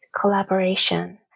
collaboration